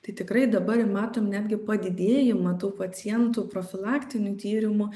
tai tikrai dabar matom netgi padidėjimą tų pacientų profilaktinių tyrimų